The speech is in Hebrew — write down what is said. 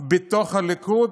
בתוך הליכוד,